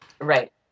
Right